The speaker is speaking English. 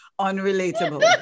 unrelatable